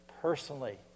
personally